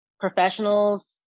professionals